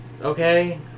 okay